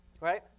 Right